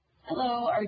hello